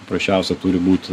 paprasčiausia turi būt